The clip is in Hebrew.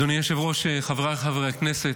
אדוני היושב-ראש, חבריי חברי הכנסת,